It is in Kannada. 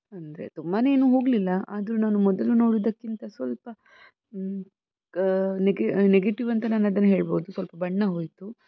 ಅಂದರೆ ತುಂಬಾ ಏನು ಹೋಗಲಿಲ್ಲ ಆದರೂ ನಾನು ಮೊದಲು ನೋಡಿದ್ದಕ್ಕಿಂತ ಸ್ವಲ್ಪ ಕ ನೆಗೆ ನೆಗೆಟಿವ್ ಅಂತ ನಾನು ಅದನ್ನ ಹೇಳ್ಬೌದು ಸ್ವಲ್ಪ ಬಣ್ಣ ಹೋಯಿತು